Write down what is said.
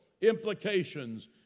implications